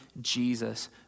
Jesus